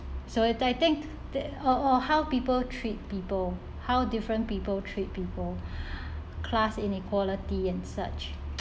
so it I think that or or how people treat people how different people treat people class inequality and such